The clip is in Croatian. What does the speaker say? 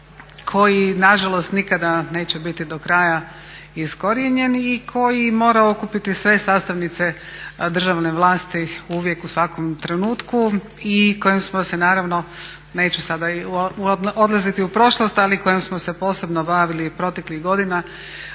koji nažalost nikada neće biti do kraja iskorijenjen i koji mora okupiti sve sastavnice državne vlasti uvijek u svakom trenutku i kojem smo se naravno neću sada odlaziti u prošlost, ali kojem smo se bavili proteklih godina